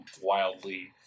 wildly